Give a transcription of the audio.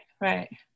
right